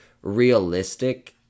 realistic